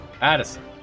addison